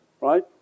right